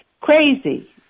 crazy